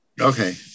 Okay